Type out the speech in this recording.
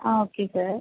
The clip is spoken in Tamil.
ah okay sir